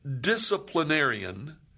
disciplinarian